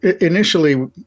initially